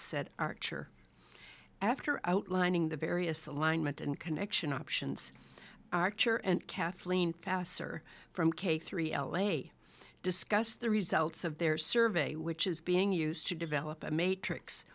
said archer after outlining the various alignment and connection options archer and kathleen fasts are from k three l a discussed the results of their survey which is being used to develop a matrix